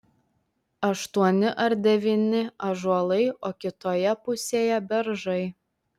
aštuoni ar devyni ąžuolai o kitoje pusėje beržai